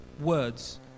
words